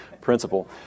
principle